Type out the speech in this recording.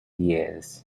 years